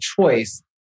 choice